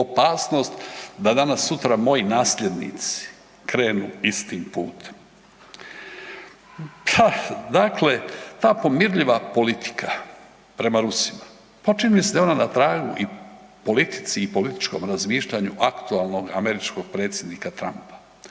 opasnost da danas sutra moji nasljednici krenu istim putem? Pa dakle, ta pomirljiva politika prema Rusima, počinili ste ono na tragu i politici i političkom razmišljanju aktualnog američkog predsjednika Trumpa